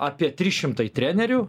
apie trys šimtai trenerių